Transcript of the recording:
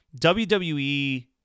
WWE